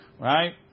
Right